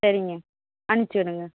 சரிங்க அனுப்பிச்சிவிடுங்க